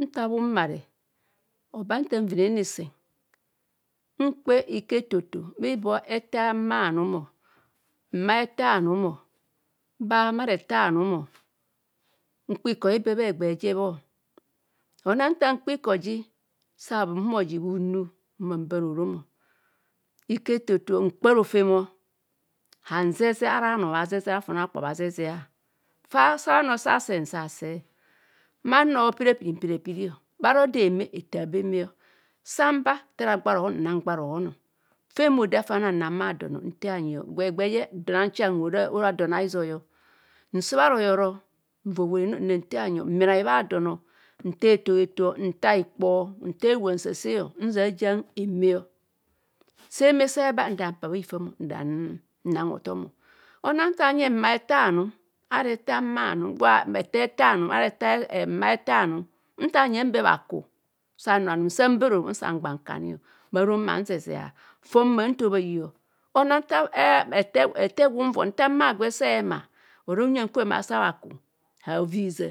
Nta bhumare aba nta nvinene sen mkpe iko etoto bha ibo ete a ma anum, mma ete anum bha mar ete anum. O mkpe iko ibe bha egbeje bho. Onang nta mkpe iko ji sa bhumor bhinur ma ban orom. Iko eto eto mkpa rojem o, hanzezea ara bhanoo, ehazezea fona kpukpa bhazezee. Fa sa bhano sa se nsa se, bhano piri apiri mpiri a piri o bharo deheme, nthaa be mme o. Samba thee ara aaba rohon nra mgha rohon o fen bha aoda fa nathanang bhadono nte a bhanyi, egbe jene don a nahang hora, ora don a hizoi o. Nse bha royor o nva oworino nrantee bhanyi mminai bha don o. Nntaa eto- oho- eto, ntang ikpor, nta ewua nse ase, nzia ejiang e mme o. Sa eme, so eme eba, nda mpa bhani fam danang hothom onang nta nyeng mma ete annum, ara ete a maa ete annum, ara ete anum ara maa ete anum, nta nyeng be bhaku sannor anum sang ban orom nsa ngba nku ani, bharom mma- zezaa. Fon ma ntobhai o. Onang ete gwe unvon nta ma agwe esee emar ora huya kwen asa bhaku a bha viiza,